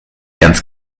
ganz